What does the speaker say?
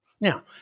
Now